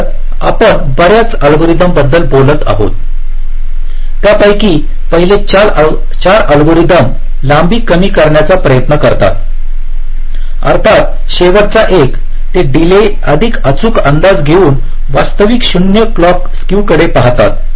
तर आपण बर्याच अल्गोरिदमांबद्दल बोलत आहोत त्यापैकी पहिले 4 अल्गोरिदमां लांबी कमी करण्याचा प्रयत्न करतात अर्थात शेवटचा एक ते डिले अधिक अचूक अंदाज घेऊन वास्तविक 0 क्लॉक स्क्यू कडे पाहतात